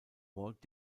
walt